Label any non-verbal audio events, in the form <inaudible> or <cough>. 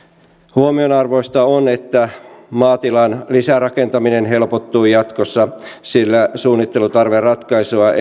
huomion arvoista on että maatilan lisärakentaminen helpottuu jatkossa sillä suunnittelutarveratkaisua <unintelligible>